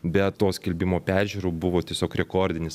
bet to skelbimo peržiūrų buvo tiesiog rekordinis